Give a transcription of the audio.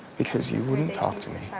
because you wouldn't talk to me.